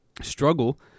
struggle